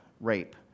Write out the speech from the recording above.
rape